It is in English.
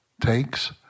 takes